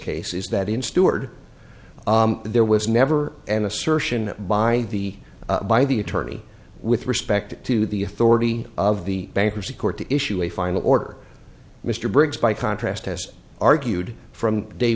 case is that in steward there was never an assertion by the by the attorney with respect to the authority of the bankruptcy court to issue a final order mr briggs by contrast has argued from day